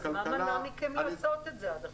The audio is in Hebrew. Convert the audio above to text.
אז מה מנע מכם לעשות את זה עד עכשיו?